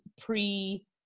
pre